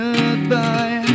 goodbye